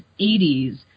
80s